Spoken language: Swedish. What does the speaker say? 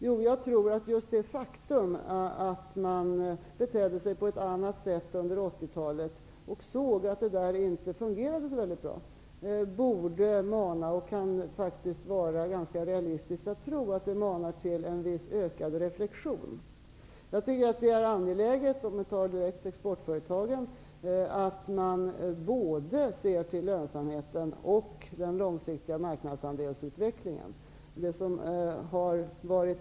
Jo, jag tror att just det faktum att man betedde sig på ett annat sätt under 80-talet och att man såg att det inte fungerade så väldigt bra, borde mana -- och det är ganska realistiskt att tro att det är så -- till en viss ökad reflexion. Jag tycker att det är angeläget att man när det gäller exportföretagen ser både till lönsamheten och till den långsiktiga marknadsandelsutvecklingen.